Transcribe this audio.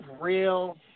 real